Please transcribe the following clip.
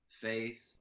faith